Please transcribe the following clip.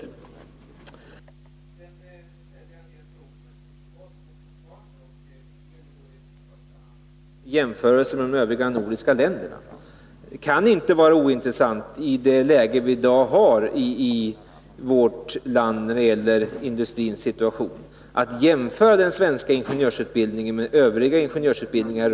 Sedan ställde jag en del frågor som jag fortfarande inte har fått svar på. De gällde i första hand jämförelsen med de övriga nordiska länderna. Det kan i det läge vi i dag har i vårt land när det gäller industrins situation inte vara ointressant att jämföra den svenska ingenjörsutbildningen med övriga länders ingenjörsutbildningar.